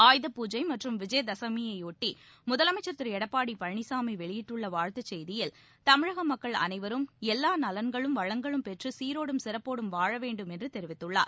ஆயுத பூஜை மற்றும் விஜய தசமியையொட்டி முதலமைச்சர் திரு எடப்பாடி பழனிசாமி வெளியிட்டுள்ள வாழ்த்து செய்தியில் தமிழக மக்கள் அனைவரும் எல்வா நலன்களும் வளங்களும் பெற்று சீரோடும் சிறப்போடும் வாழ வேண்டும் என்று தெரிவித்துள்ளார்